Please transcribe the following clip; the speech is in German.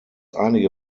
einige